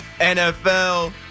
NFL